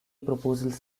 proposals